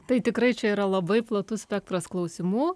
tai tikrai čia yra labai platus spektras klausimų